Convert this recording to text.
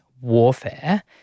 warfare